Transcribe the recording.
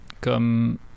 comme